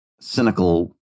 cynical